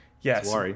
Yes